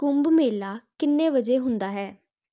ਕੁੰਭ ਮੇਲਾ ਕਿੰਨੇ ਵਜੇ ਹੁੰਦਾ ਹੈ